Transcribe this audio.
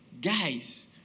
Guys